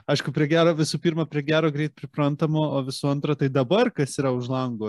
aišku prie gero visų pirma prie gero greit priprantama o visų antra tai dabar kas yra už lango